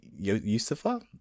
Yusufa